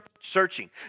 searching